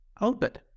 output